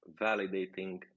validating